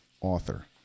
author